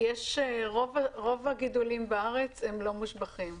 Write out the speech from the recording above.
רוב הגידולים בארץ לא מושבחים.